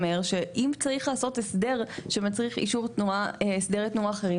שאם צריך לעשות הסדר שמצריך הסדרי תנועה אחרים,